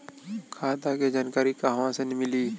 खाता के जानकारी कहवा से मिली?